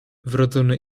wrodzony